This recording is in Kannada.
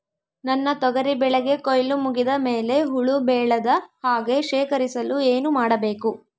ನನ್ನ ತೊಗರಿ ಬೆಳೆಗೆ ಕೊಯ್ಲು ಮುಗಿದ ಮೇಲೆ ಹುಳು ಬೇಳದ ಹಾಗೆ ಶೇಖರಿಸಲು ಏನು ಮಾಡಬೇಕು?